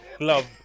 Love